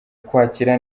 kwakira